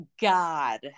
God